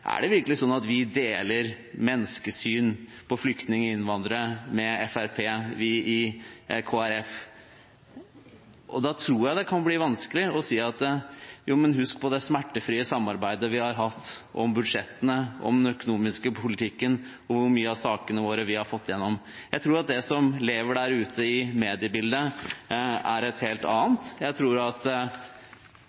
Er det virkelig sånn at vi i Kristelig Folkeparti deler menneskesyn når det gjelder flyktninger og innvandrere, med Fremskrittspartiet? Da tror jeg det kan bli vanskelig å si: Husk på det smertefrie samarbeidet vi har hatt om budsjettene, om den økonomiske politikken, og hvor mange av sakene våre vi har fått igjennom. Jeg tror at det som lever der ute i mediebildet, er noe helt